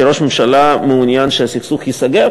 שראש הממשלה מעוניין שהסכסוך הזה ייסגר,